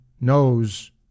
knows